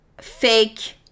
fake